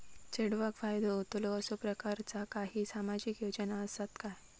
चेडवाक फायदो होतलो असो प्रकारचा काही सामाजिक योजना असात काय?